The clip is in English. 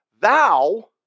Thou